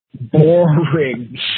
Boring